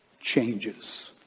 changes